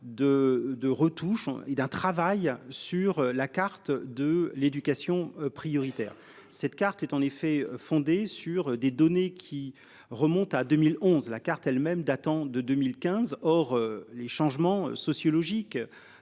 de retouche et d'un travail sur la carte de l'éducation prioritaire. Cette carte est en effet fondée sur des données qui remontent à 2011, la carte elle-même datant de 2015, or les changements sociologiques.